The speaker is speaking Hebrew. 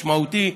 משמעותי,